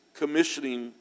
commissioning